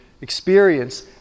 experience